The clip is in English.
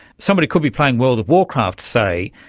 somebody could be playing world of warcraft, say,